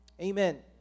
Amen